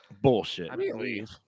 Bullshit